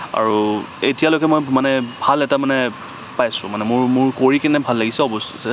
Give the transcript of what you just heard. আৰু এতিয়ালৈকে মই মানে ভাল এটা মানে পাইছোঁ মানে মোৰ মোৰ কৰি কিনে ভাল লাগিছে